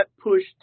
pushed